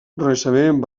renaixement